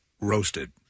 roasted